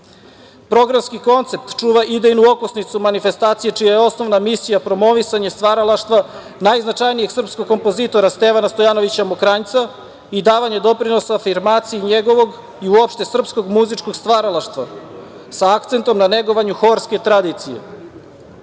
dozvoli. Programski koncept čuva idejnu okosnicu manifestacije čija je osnovna misija promovisanje stvaralaštva najznačajnijeg srpskog kompozitora Stevana Stojanovića Mokranjca i davanje doprinosa afirmaciji njegovog i uopšte srpskog muzičkom stvaralaštva, sa akcentom na negovanje horske tradicije. Festival